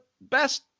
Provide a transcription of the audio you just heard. best